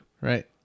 right